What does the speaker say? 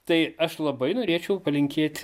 tai aš labai norėčiau palinkėti